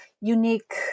unique